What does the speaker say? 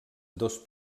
dos